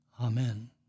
Amen